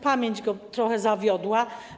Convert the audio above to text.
Pamięć go trochę zawiodła.